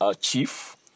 chief